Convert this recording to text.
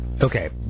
Okay